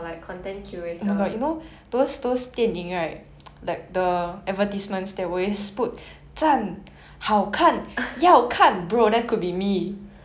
I want to kill you 我要杀你 ah okay